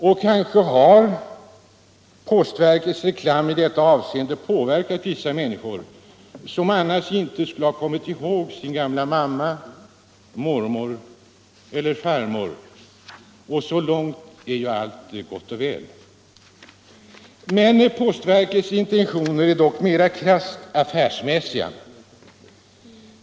Och kanske har postverkets reklam i detta avseende påverkat vissa människor, som annars inte skulle ha kommit ihåg sin gamla mamma, mormor eller farmor. Så långt är ju allt gott och väl. Postverkets intentioner är dock mera krasst affärsmässiga.